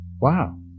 Wow